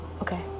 okay